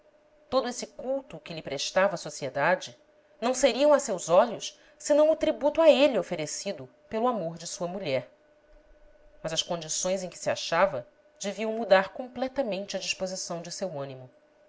todo esse culto que lhe prestava a sociedade não seriam a seus olhos senão o tributo a ele oferecido pelo amor de sua mulher mas as condições em que se achava deviam mudar completamente a disposição de seu ânimo